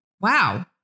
Wow